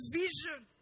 vision